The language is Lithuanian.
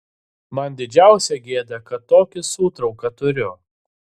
man didžiausia gėda kad tokį sūtrauką turiu